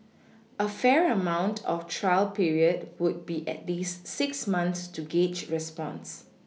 a fair amount of trial period would be at least six months to gauge response